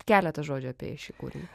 keletą žodžių apie šį kūrinį